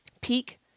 peak